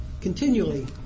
continually